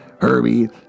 Herbie